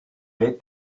est